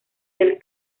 del